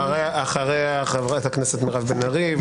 אחריו חברת הכנסת מירב בן ארי,